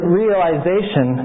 realization